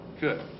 Good